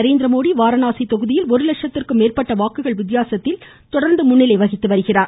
நரேந்திரமோடி வாரணாசி தொகுதியில் ஒரு லட்சத்திற்கும் மேற்பட்ட வாக்குகள் வித்தியாசத்தில் முன்னிலை வகித்து வருகிறார்